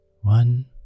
one